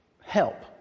help